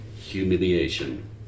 humiliation